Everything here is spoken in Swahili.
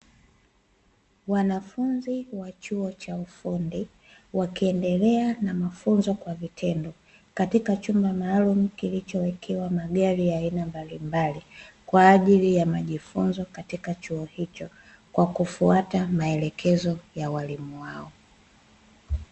Wanafunzi wa chuo cha ufundi wakiendelea na mafunzo kwa vitendo katika chumba maalumu kilichowekewa magari ya aina mbalimbali kwa ajili ya mafunzo katika chuo hicho kwa kufata maelekezo ya waalimu wao.